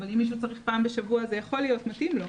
אבל אם מישהו צריך פעם בשבוע זה יכול להיות מתאים לו,